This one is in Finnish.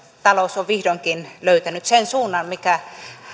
talous on vihdoinkin löytänyt sen suunnan mikä